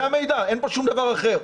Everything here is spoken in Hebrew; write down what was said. זה המידע, אין פה שום דבר אחר.